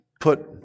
put